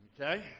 Okay